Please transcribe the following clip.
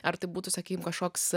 ar tai būtų sakykime kažkoks